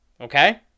Okay